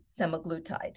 semaglutide